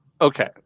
okay